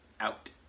out